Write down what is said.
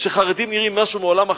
שחרדים נראים משהו מעולם אחר,